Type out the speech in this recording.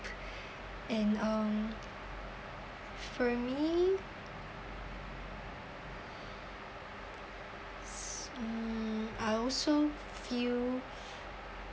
and um for me s~ um I also feel